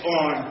on